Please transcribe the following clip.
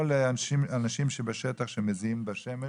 או לאנשים בשטח שמזיעים בשמש,